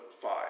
five